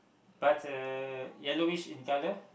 but uh yellowish in colour